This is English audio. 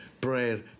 prayer